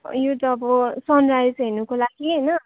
यो त अब सनराइज हेर्नुको लागि होइन